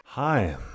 Hi